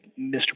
Mr